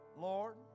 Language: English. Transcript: Lord